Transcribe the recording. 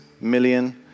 million